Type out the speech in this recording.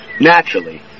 Naturally